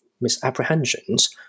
misapprehensions